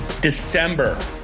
December